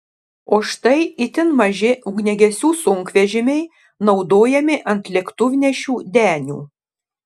o štai itin maži ugniagesių sunkvežimiai naudojami ant lėktuvnešių denių